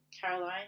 Caroline